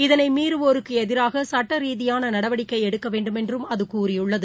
இதனைமீறுவோருக்குஎதிராகசுட்டரீதியானநடவடிக்கைஎடுக்கவேண்டுமென்றும் அதுகூறியுள்ளது